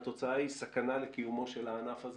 והתוצאה היא סכנה לקיומו של הענף הזה.